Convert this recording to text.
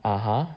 (uh huh)